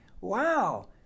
Wow